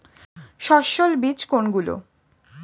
সস্যল বীজ কোনগুলো?